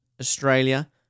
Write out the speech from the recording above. Australia